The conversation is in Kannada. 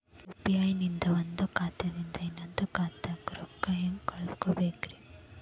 ಯು.ಪಿ.ಐ ನಿಂದ ಒಂದ್ ಖಾತಾದಿಂದ ಇನ್ನೊಂದು ಖಾತಾಕ್ಕ ರೊಕ್ಕ ಹೆಂಗ್ ಕಳಸ್ಬೋದೇನ್ರಿ?